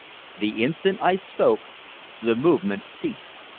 the instant i spoke the movement ceased.